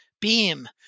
beam